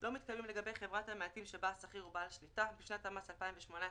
לא מתקיימים לגביו בשנת המס 2018,